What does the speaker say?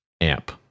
amp